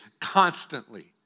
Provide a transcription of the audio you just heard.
constantly